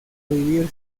vivir